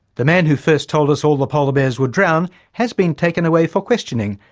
the man who first told us all the polar bears would drown has been taken away for questioning,